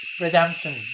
redemption